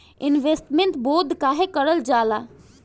Investment bond काहे कारल जाला?